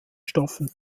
stoffen